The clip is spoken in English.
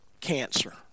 Cancer